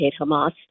Hamas